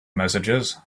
messages